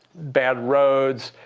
bad roads.